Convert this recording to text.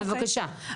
בבקשה.